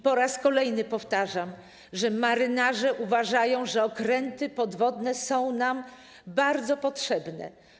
Po raz kolejny powtarzam: marynarze uważają, że okręty podwodne są nam bardzo potrzebne.